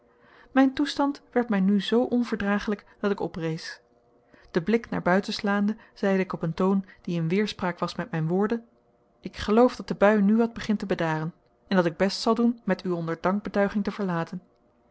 mijn toestand werd mij nu zoo onverdraaglijk dat ik oprees den blik naar buiten slaande zeide ik op een toon die in weerspraak was met mijn woorden ik geloof dat de bui nu wat begint te bedaren en dat ik best zal doen met u onder dankbetuiging te verlaten